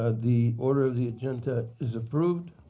ah the order of the agenda is approved.